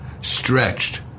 stretched